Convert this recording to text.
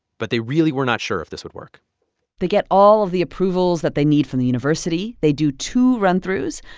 but they really were not sure if this would work they get all of the approvals that they need from the university. they do to run-throughs.